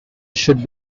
should